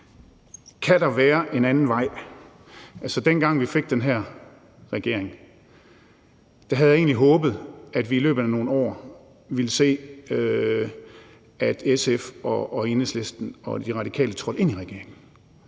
Kan der være en anden vej? Dengang vi fik den her regering, havde jeg egentlig håbet, at vi i løbet af nogle år ville se, at SF og Enhedslisten og De Radikale trådte ind i regeringen.